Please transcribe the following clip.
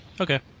Okay